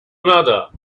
another